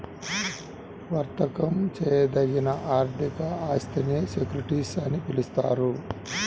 వర్తకం చేయదగిన ఆర్థిక ఆస్తినే సెక్యూరిటీస్ అని పిలుస్తారు